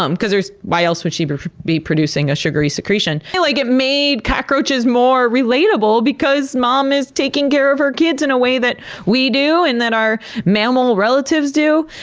um cause why else would she be be producing a sugary secretion? like it made cockroaches more relatable, because mom is taking care of her kids in a way that we do, and that our mammal relatives do,